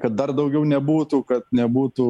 kad dar daugiau nebūtų kad nebūtų